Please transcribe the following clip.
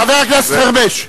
חבר הכנסת חרמש.